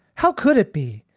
how could it be?